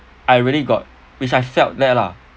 I really got which I felt that lah